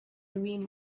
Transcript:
lean